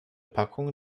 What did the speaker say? packung